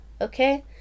Okay